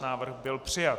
Návrh byl přijat.